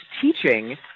teaching